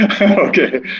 Okay